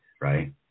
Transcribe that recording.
right